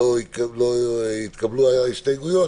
לא יתקבלו ההסתייגויות,